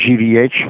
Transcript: GVH